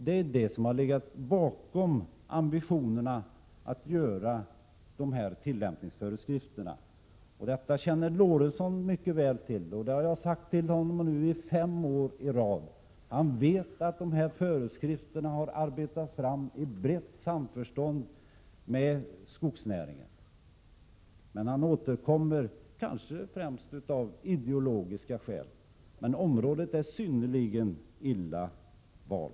Det är detta som har legat bakom ambitionerna att göra tillämpningsföreskrifter. Det känner Lorentzon mycket väl till. Jag har sagt det till honom nu fem år i rad. Han vet att föreskrifterna har arbetats fram i brett samförstånd med skogsnäringen. Ändå återkommer han, kanske främst av ideologiska skäl, men området är synnerligen illa valt.